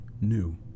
new